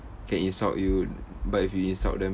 can insult you but if you insult them